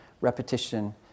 repetition